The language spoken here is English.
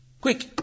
Quick